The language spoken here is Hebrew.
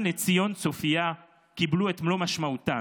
לציון צופייה" קיבלו את מלוא משמעותן.